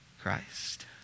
Christ